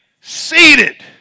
seated